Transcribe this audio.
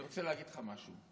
אני רוצה להגיד לך משהו.